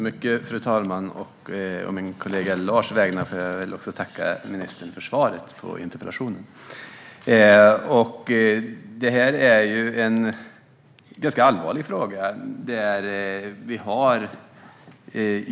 Fru talman! Å min kollega Lars vägnar får jag tacka ministern för svaret på interpellationen. Det här är en ganska allvarlig fråga.